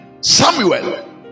samuel